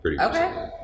okay